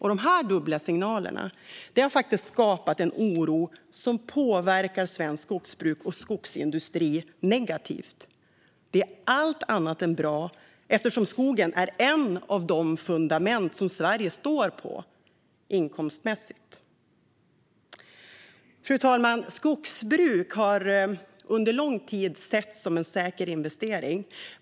Dessa dubbla signaler har skapat en oro som påverkar svenskt skogsbruk och svensk skogsindustri negativt. Det är allt annat än bra eftersom skogen är ett av de fundament som Sverige står på inkomstmässigt. Fru talman! Skogsbruk har under lång tid setts som en säker investering.